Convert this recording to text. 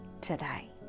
today